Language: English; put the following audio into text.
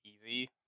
easy